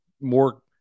more